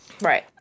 Right